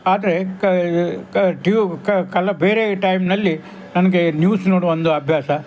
ಆದರೆ ಕ ಕ ಟ್ಯು ಕ ಕಾಲ ಬೇರೆ ಟೈಮಿನಲ್ಲಿ ನನಗೆ ನ್ಯೂಸ್ ನೋಡುವ ಒಂದು ಅಭ್ಯಾಸ